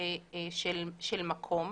באחת הרשימות